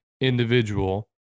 individual